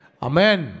Amen